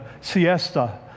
siesta